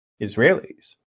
Israelis